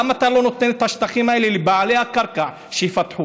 למה אתה לא נותן את השטחים האלה לבעלי הקרקע שיפתחו?